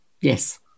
Yes